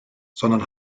sondern